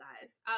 guys